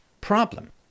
problem